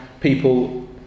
people